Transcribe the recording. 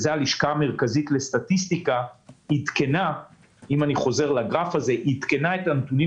הלשכה המרכזית לסטטיסטיקה עדכנה את הנתונים